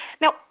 now